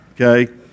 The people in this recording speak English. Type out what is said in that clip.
okay